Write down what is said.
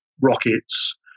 rockets